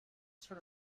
sort